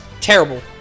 Terrible